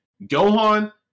Gohan